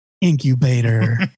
incubator